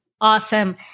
Awesome